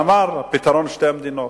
אמר: הפתרון הוא שתי מדינות.